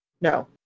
No